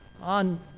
on